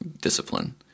discipline